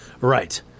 Right